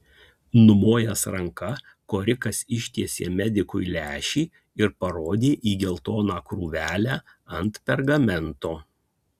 numojęs ranka korikas ištiesė medikui lęšį ir parodė į geltoną krūvelę ant pergamento